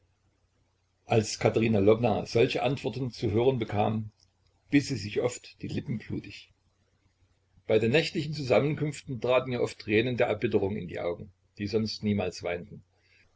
als katerina lwowna solche antworten zu hören bekam biß sie sich oft die lippen blutig bei den nächtlichen zusammenkünften traten ihr oft tränen der erbitterung in die augen die sonst niemals weinten